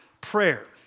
prayer